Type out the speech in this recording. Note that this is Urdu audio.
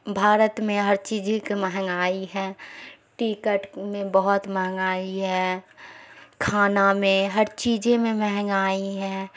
بھارت میں ہر چیز ہی کی مہنگائی ہے ٹکٹ میں بہت مہنگائی ہے کھانا میں ہر چیز میں مہنگائی ہے